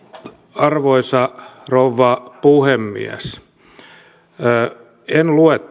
arvoisa rouva puhemies en lue